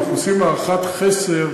אנחנו עושים הערכת חסר,